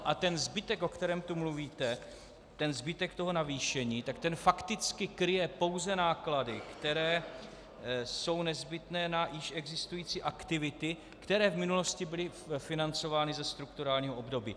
A ten zbytek, o kterém tu mluvíte, ten zbytek navýšení, ten fakticky kryje pouze náklady, které jsou nezbytné na již existující aktivity, které v minulosti byly financovány ze strukturálního období.